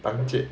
放弃